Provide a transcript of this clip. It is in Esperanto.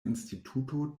instituto